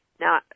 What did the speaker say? now